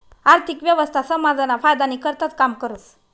आर्थिक व्यवस्था समाजना फायदानी करताच काम करस